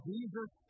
Jesus